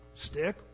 stick